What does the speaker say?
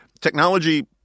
Technology